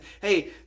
hey